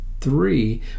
three